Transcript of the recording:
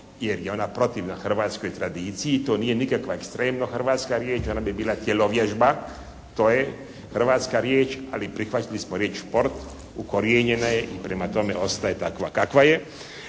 jer je ona protivna hrvatskoj tradiciji i to nije nikakva ekstremno hrvatska riječ, ona bi bila tjelovježba, to je hrvatska riječ, ali prihvatili smo riječ šport, ukorijenjena je i prema tome ostaje takva kakva je.